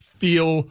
feel